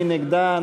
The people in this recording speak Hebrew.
מי נגדה?